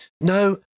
No